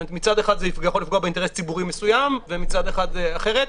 מצד אחד זה יכול לפגוע באינטרס ציבורי מסוים ומצד שני אחרת.